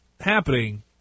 happening